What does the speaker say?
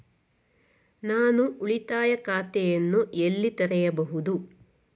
ನಾನು ಉಳಿತಾಯ ಖಾತೆಯನ್ನು ಎಲ್ಲಿ ತೆರೆಯಬಹುದು?